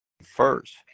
first